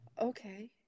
Okay